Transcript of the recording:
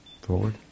forward